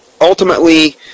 ultimately